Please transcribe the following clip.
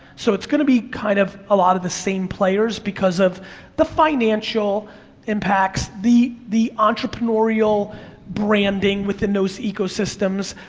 so it's gonna be kind of a lot of the same players, because of the financial impacts, the the entrepreneurial branding within those ecosystems,